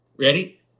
Ready